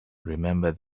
remember